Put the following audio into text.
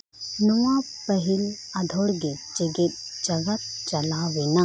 ᱱᱚᱣᱟ ᱯᱟᱹᱦᱤᱞ ᱟᱸᱫᱳᱲ ᱜᱮ ᱡᱮᱜᱮᱛ ᱡᱟᱠᱟᱛ ᱪᱟᱞᱟᱣ ᱞᱮᱱᱟ